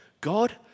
God